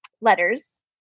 letters